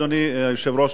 אדוני היושב-ראש,